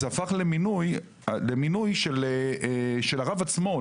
זה הפך למינוי של הרב עצמו,